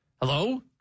Hello